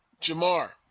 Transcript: Jamar